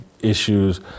issues